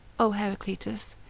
o heraclitus,